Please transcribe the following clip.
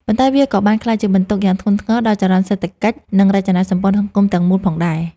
ប៉ុន្តែវាក៏បានក្លាយជាបន្ទុកយ៉ាងធ្ងន់ធ្ងរដល់ចរន្តសេដ្ឋកិច្ច និងរចនាសម្ព័ន្ធសង្គមទាំងមូលផងដែរ។